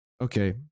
Okay